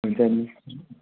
हुन्छ नि